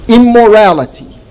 immorality